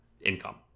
income